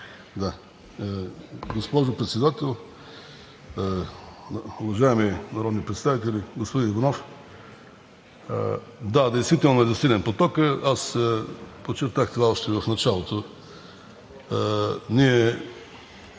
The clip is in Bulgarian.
Госпожо Председател, уважаеми народни представители! Господин Иванов, да действително е засилен потокът, аз подчертах това още в началото.